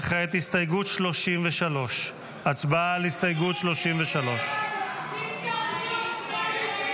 וכעת הסתייגות 33. הצבעה על הסתייגות 33. הסתייגות 33 לא נתקבלה.